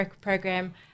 program